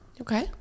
Okay